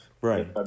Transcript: Right